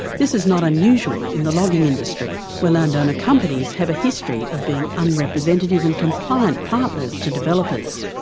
this is not unusual in the logging industry, where landowner companies have a history of being unrepresentative and compliant partners to developers.